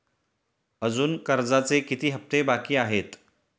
अजुन कर्जाचे किती हप्ते बाकी आहेत?